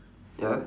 ya